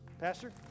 Pastor